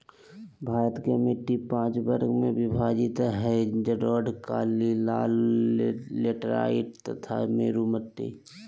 भारत के मिट्टी पांच वर्ग में विभाजित हई जलोढ़, काली, लाल, लेटेराइट तथा मरू मिट्टी